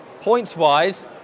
Points-wise